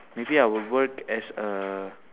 maybe I will work as a